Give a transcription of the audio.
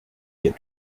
get